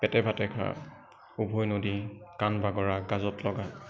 পেটে ভাতে খা উভৈ নদী কাণ বাগৰা গাজত লগা